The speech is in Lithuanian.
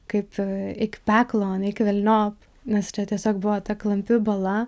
kaip eik peklon eik velniop nes čia tiesiog buvo ta klampi bala